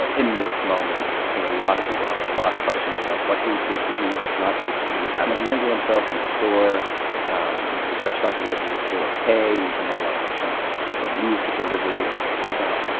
ah in this moment i think a lot of people have a lot of questions about what is safe to eat, what's not safe to eat, how to handle themselves in the store um is restaurant food okay even though a lot of restaurants have yeah moved to delivery or or take-out.